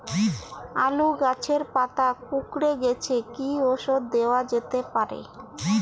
আলু গাছের পাতা কুকরে গেছে কি ঔষধ দেওয়া যেতে পারে?